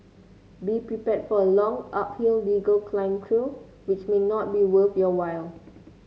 be prepared for a long uphill legal climb through which may not be worth your while